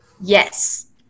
Yes